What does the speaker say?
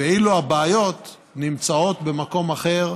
ואילו הבעיות נמצאות במקום אחר,